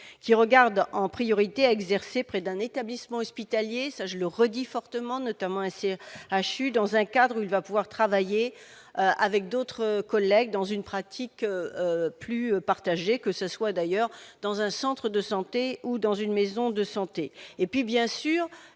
qui regarde en priorité à exercer près d'un établissement hospitalier, ça je le redis, fortement notamment ainsi à dans un cadre où il va pouvoir travailler avec d'autres collègues dans une pratique plus partagé, que ce soit d'ailleurs dans un centre de sang. Ou dans une maison de santé et puis bien sûr,